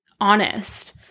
honest